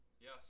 Yes